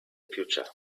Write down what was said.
future